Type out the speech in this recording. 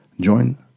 join